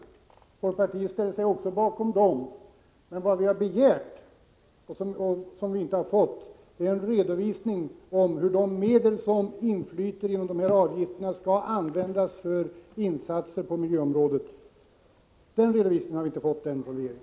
Folkpartiet ställde sig bakom också dem. Vad vi har begärt är en redovisning av hur de medel som inflyter genom dessa avgifter skall användas för insatser på miljöområdet. En sådan redovisning har vi ännu inte fått från regeringen.